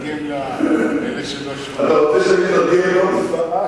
אתה רוצה שאתרגם בשפת